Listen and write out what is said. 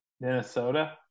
Minnesota